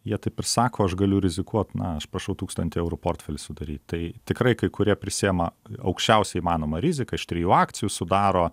jie taip ir sako aš galiu rizikuot na aš prašau tūkstantį eurų portfelį sudaryt tai tikrai kai kurie prisiima aukščiausią įmanomą riziką iš trijų akcijų sudaro